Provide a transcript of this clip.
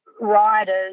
riders